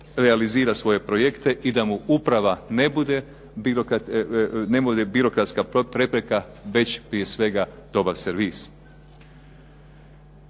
realizira svoje projekte i da mu uprava ne bude birokratska prepreka već prije svega dobar servis.